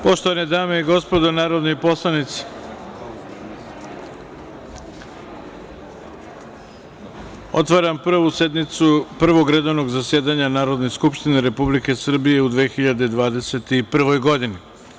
Poštovane dame i gospodo narodni poslanici, otvaram Prvu sednicu Prvog redovnog zasedanja Narodne skupštine Republike Srbije u 2021. godini.